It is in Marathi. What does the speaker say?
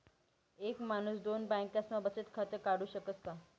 एक माणूस दोन बँकास्मा बचत खातं काढु शकस का?